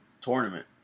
tournament